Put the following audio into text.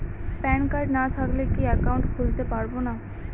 Pan card না থাকলে কি একাউন্ট খুলতে পারবো না?